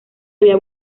había